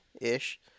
ish